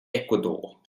ecuador